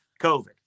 COVID